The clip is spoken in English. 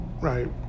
right